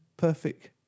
Perfect